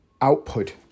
output